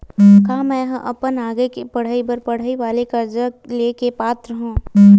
का मेंहा अपन आगे के पढई बर पढई वाले कर्जा ले के पात्र हव?